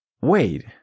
wait